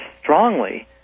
strongly